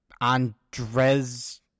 Andres